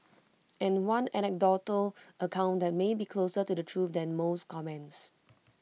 and one anecdotal account that may be closer to the truth than most comments